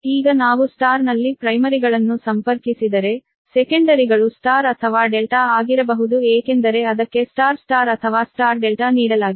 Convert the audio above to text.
ಈಗ ನಾವು Y ನಲ್ಲಿ ಪ್ರೈಮರಿಗಳನ್ನು ಸಂಪರ್ಕಿಸಿದರೆ ಸೆಕೆಂಡರಿಗಳು Y ಅಥವಾ ∆ ಆಗಿರಬಹುದು ಏಕೆಂದರೆ ಅದಕ್ಕೆ Y Y ಅಥವಾ Y ∆ ನೀಡಲಾಗಿದೆ